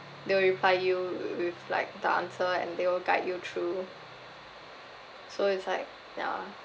they will reply you wi~ with like the answer and they will guide you through so it's like yeah